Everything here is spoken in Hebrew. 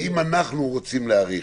אם אנחנו רוצים להאריך,